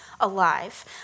Alive